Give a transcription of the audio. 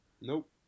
nope